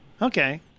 Okay